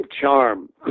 charm